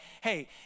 hey